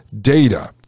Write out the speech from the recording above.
data